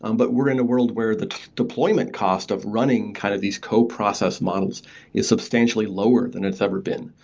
um but we're in a world where the deployment cost of running kind of these co-process models is substantially lower than it's ever been.